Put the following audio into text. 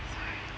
sorry